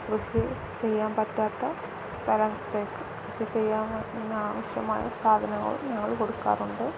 കൃഷി ചെയ്യാൻ പറ്റാത്ത സ്ഥലത്തേക്ക് കൃഷി ചെയ്യുന്നതിന് ആവശ്യമായ സാധനങ്ങൾ ഞങ്ങൾ കൊടുക്കാറുണ്ട്